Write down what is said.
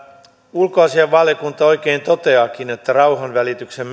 ulkoasiainvaliokunta oikein toteaakin että rauhanvälityksen